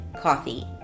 coffee